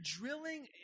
drilling